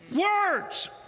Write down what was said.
words